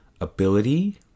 ability